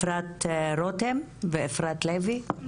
אפרת רותם ואפרת לוי,